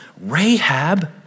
Rahab